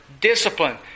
discipline